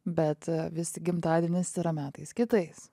bet vis tik gimtadienis yra metais kitais